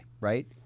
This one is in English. right